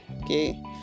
okay